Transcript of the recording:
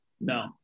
No